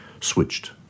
switched